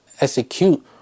execute